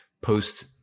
post